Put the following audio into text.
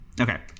Okay